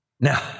Now